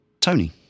Tony